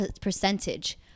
percentage